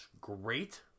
great